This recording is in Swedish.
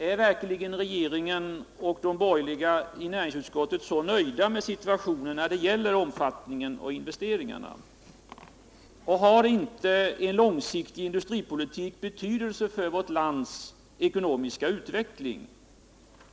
Är verkligen regeringen och de borgerliga i näringsutskottet så nöjda med situationen när det gäller omfattningen av investeringarna? Har inte en långsiktig industripolitik betydelse för vårt lands ekonomiska utveckling?